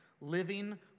living